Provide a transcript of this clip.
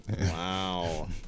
Wow